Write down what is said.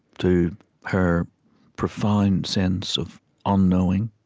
to her profound sense of unknowing.